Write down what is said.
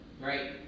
Right